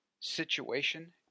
situation